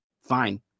Fine